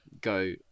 go